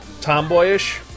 tomboyish